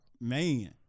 Man